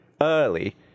early